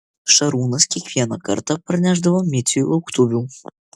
šarūnas kiekvieną kartą parnešdavo miciui lauktuvių